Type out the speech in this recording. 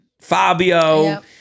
Fabio